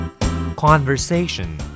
Conversation